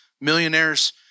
Millionaires